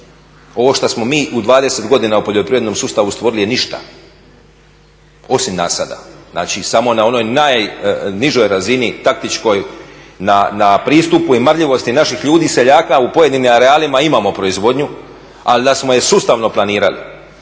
Ovo što smo mi u 20 godina u poljoprivrednom sustavu stvorili je ništa, osim nasada. Znači, samo na onoj najnižoj razini taktičkoj, na pristupu i marljivosti naših ljudi, seljaka, u pojedinim … imamo proizvodnju, ali da smo je sustavno planirali,